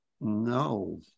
No